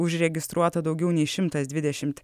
užregistruota daugiau nei šimtas dvidešim